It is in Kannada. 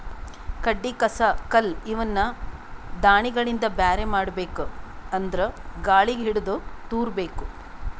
ಕಡ್ಡಿ ಕಸ ಕಲ್ಲ್ ಇವನ್ನ ದಾಣಿಗಳಿಂದ ಬ್ಯಾರೆ ಮಾಡ್ಬೇಕ್ ಅಂದ್ರ ಗಾಳಿಗ್ ಹಿಡದು ತೂರಬೇಕು